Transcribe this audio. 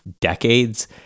decades